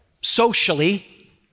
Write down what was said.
socially